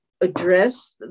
address